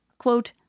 Quote